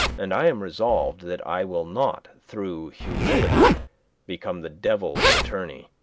and i am resolved that i will not through humility become the devil's attorney.